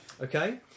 Okay